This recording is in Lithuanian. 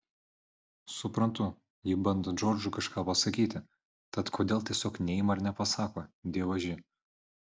suprantu ji bando džordžui kažką pasakyti tad kodėl tiesiog neima ir nepasako dievaži